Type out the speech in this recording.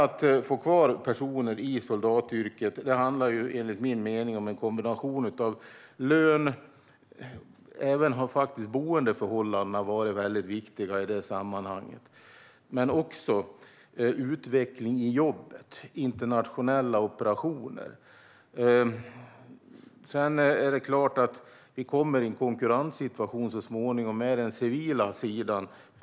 Att få personer att vara kvar i soldatyrket handlar enligt min mening om en kombination av lön, boendeförhållanden, som faktiskt har varit viktiga i sammanhanget, och utveckling i jobbet - internationella operationer. Sedan är det klart att vi så småningom kommer i en konkurrenssituation med den civila sidan.